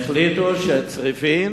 החליטו שצריפין